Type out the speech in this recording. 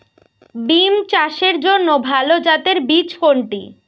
বিম চাষের জন্য ভালো জাতের বীজ কোনটি?